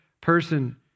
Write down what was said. person